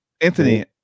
Anthony